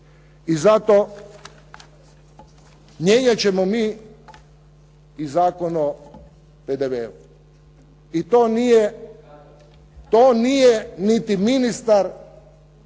I zato mijenjati ćemo mi i Zakon o PDV-u. I to nije, to nije niti ministar